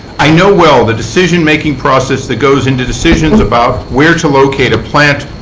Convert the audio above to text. i know well the decision-making process that goes into decisions about where to locate a plant,